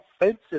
offensive